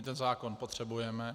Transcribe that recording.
Ten zákon potřebujeme.